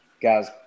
guys